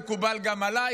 וזה מקובל גם עליי,